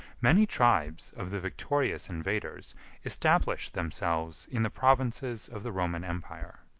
many tribes of the victorious invaders established themselves in the provinces of the roman empire.